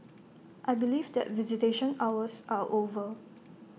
I believe that visitation hours are over